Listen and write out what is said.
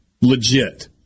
Legit